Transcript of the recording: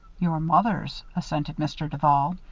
your mother's, assented mr. duval.